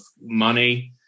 money